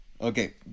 Okay